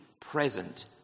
present